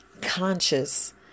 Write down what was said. conscious